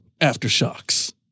Aftershocks